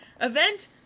event